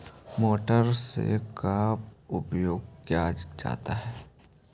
Motor से का उपयोग क्या जाता है?